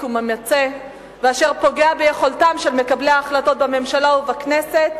וממצה ואשר פוגע ביכולתם של מקבלי ההחלטות בממשלה ובכנסת